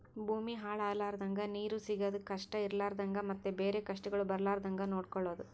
ಭೂಮಿ ಹಾಳ ಆಲರ್ದಂಗ, ನೀರು ಸಿಗದ್ ಕಷ್ಟ ಇರಲಾರದಂಗ ಮತ್ತ ಬೇರೆ ಕಷ್ಟಗೊಳ್ ಬರ್ಲಾರ್ದಂಗ್ ನೊಡ್ಕೊಳದ್